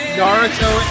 naruto